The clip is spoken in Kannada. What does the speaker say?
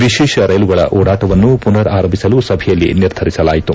ವಿಶೇಷ ರೈಲುಗಳ ಓಡಾಟವನ್ನು ಪುನರ್ ಆರಂಭಿಸಲು ಸಭೆಯಲ್ಲಿ ನಿರ್ಧರಿಸಲಾಯಿತು